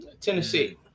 Tennessee